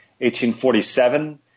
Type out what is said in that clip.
1847